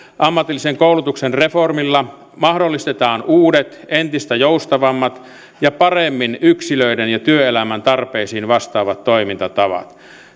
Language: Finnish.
ammatillisen koulutuksen reformilla mahdollistetaan uudet entistä joustavammat ja paremmin yksilöiden ja työelämän tarpeisiin vastaavat toimintatavat